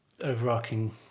overarching